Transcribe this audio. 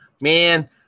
man